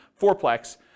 fourplex